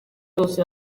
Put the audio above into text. bose